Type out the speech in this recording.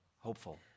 hopeful